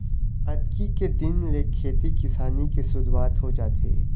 अक्ती के दिन ले खेती किसानी के सुरूवात हो जाथे